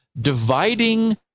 dividing